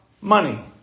money